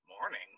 Morning